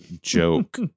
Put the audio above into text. joke